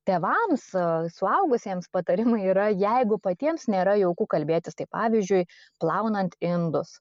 tėvams suaugusiems patarimai yra jeigu patiems nėra jauku kalbėtis tai pavyzdžiui plaunant indus